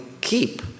keep